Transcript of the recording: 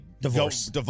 divorce